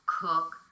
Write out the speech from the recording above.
cook